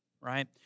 right